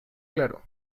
claro